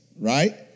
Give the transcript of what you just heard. right